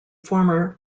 former